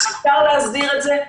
אפשר להסדיר את זה.